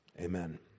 amen